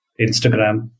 Instagram